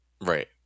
Right